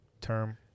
term